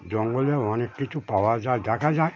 জঙ্গলে অনেক কিছু পাওয়া যায় দেখা যায়